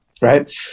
Right